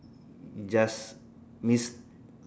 just miss